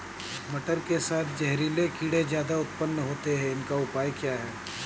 मटर के साथ जहरीले कीड़े ज्यादा उत्पन्न होते हैं इनका उपाय क्या है?